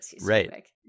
Right